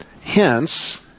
Hence